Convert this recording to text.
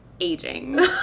aging